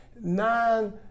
Nine